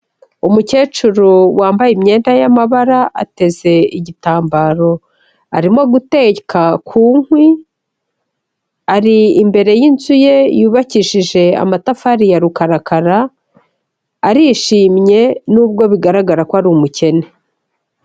Umukecuru wambaye imyenda y'amabara ateze igitambaro arimo guteka ku nkwi, ari imbere y'inzu ye yubakishije amatafari ya rukarakara, arishimye nubwo bigaragara ko ari umukene.